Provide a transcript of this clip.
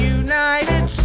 united